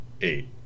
eight